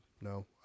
No